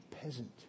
peasant